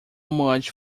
much